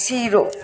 सीरो